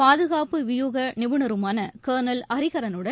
பாதுகாப்பு வியூக நிபுணருமான கர்னல் ஹரிஹரலுடன்